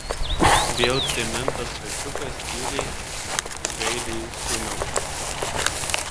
vėl primintas kačiukas tyliai gailiai sumiaukė